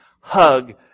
Hug